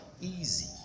Easy